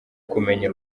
kumenya